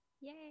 Yay